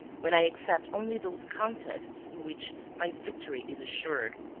when i accept only those contests in which my victory is assured,